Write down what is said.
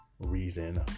reason